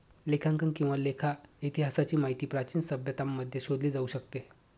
लेखांकन किंवा लेखा इतिहासाची माहिती प्राचीन सभ्यतांमध्ये शोधली जाऊ शकते